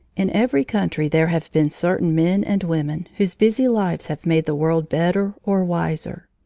in every country there have been certain men and women whose busy lives have made the world better or wiser.